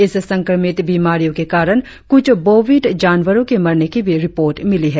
इस संक्रमित बीमारियो के कारण क्रुछ बोविड जानवरो के मरने की भी रिपोर्ट मिली है